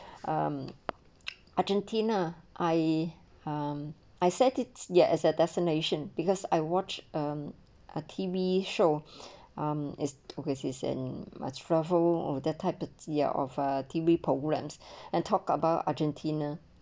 um argentina I um I set it yet as a destination because I watch um a T_V show um is obvious is and must travel of the type of a of a T_V programmes and talk about argentina